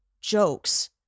jokes